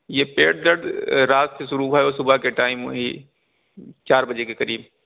یہ پیٹ درد رات سے شروع ہوا ہے صبح کے ٹائم وہی چار بجے کے قریب